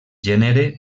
gènere